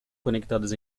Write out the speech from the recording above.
conectadas